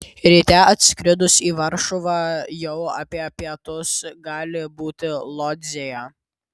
ryte atskridus į varšuvą jau apie pietus gali būti lodzėje